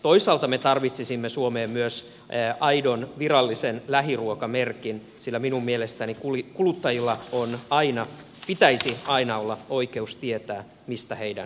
toisaalta me tarvitsisimme suomeen myös aidon virallisen lähiruokamerkin sillä minun mielestäni kuluttajilla pitäisi aina olla oikeus tietää mistä heidän ruokansa tulee